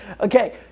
Okay